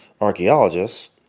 Archaeologists